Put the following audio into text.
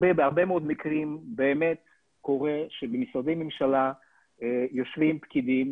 בהרבה מאוד מקרים באמת קורה שבמשרדי הממשלה יושבים פקידים